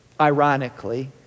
ironically